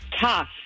Tough